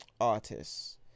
artists